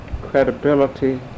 credibility